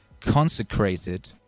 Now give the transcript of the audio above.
consecrated